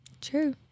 True